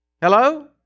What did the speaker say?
Hello